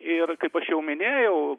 ir kaip aš jau minėjau